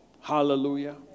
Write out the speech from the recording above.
Hallelujah